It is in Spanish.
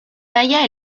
halla